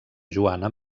joana